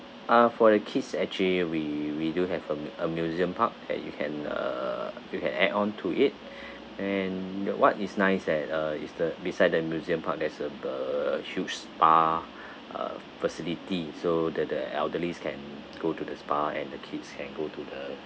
uh for the kids actually we we do have a m~ a museum park where you can err you can add on to it and what is nice at uh is the beside the museum park there's a the huge spa uh facility so the the elderlies can go to the spa and the kids can go to the